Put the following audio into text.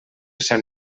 sant